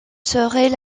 serait